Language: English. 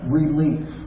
relief